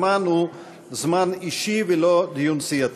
הזמן הוא זמן אישי ולא דיון סיעתי.